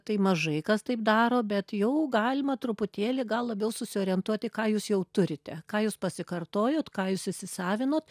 tai mažai kas taip daro bet jau galima truputėlį gal labiau susiorientuoti ką jūs jau turite ką jūs pasikartojot ką jūs įsisavinot